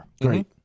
Great